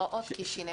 פרעות קישינב.